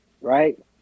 Right